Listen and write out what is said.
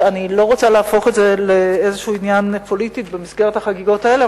אני לא רוצה להפוך את זה לאיזה עניין פוליטי במסגרת החגיגות האלה,